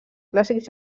clàssics